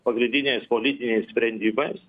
pagrindiniais politiniais sprendimais